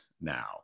now